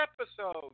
episode